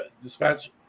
dispatch